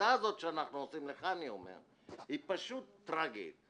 ההפרדה הזאת שאנחנו עושים היא פשוט טראגית.